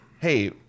hey